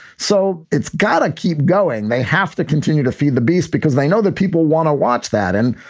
so it's got to keep going. they have to continue to feed the beast because they know that people want to watch that. and,